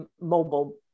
mobile